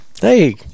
Hey